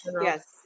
Yes